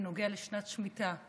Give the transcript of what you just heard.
בנוגע לשנת שמיטה,